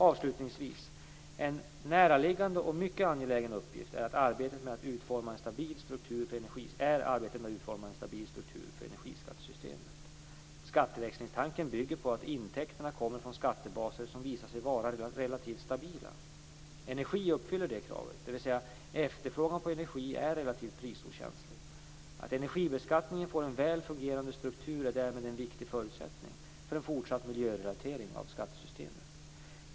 Avslutningsvis: En näraliggande och mycket angelägen uppgift är arbetet med att utforma en stabil struktur för energiskattesystemet. Skatteväxlingstanken bygger på att intäkterna kommer från skattebaser som visar sig vara relativt stabila. Energi uppfyller det kravet, dvs. efterfrågan på energi är relativt prisokänslig. Att energibeskattningen får en väl fungerande struktur är därmed en viktig förutsättning för en fortsatt miljörelatering av skattesystemet.